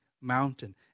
Mountain